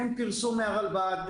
אין פרסום מהרלב"ד,